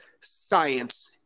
science